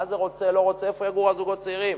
מה זה רוצה, לא רוצה, איפה יגורו הזוגות הצעירים?